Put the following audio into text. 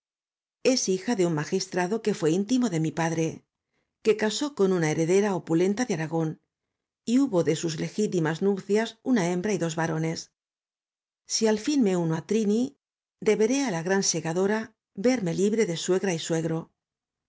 s hija de un magistrado que fué íntimo de mi padre que casó con una heredera opulenta de aragón y hubo de sus legítimas nupcias una hembra y dos varones si al fin me uno á trini deberé á la gran segadora verme libre de suegra y suegro